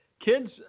kids